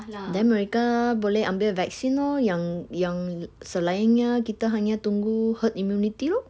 then mereka boleh ambil vaccine lor yang yang selainnya kita hanya tunggu herd immunity lor